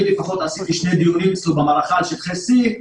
לפחות עשיתי שני דיונים אצלו במערכה על שטחי C,